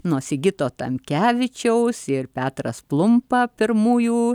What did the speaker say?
nuo sigito tamkevičiaus ir petras plumpa pirmųjų